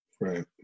Right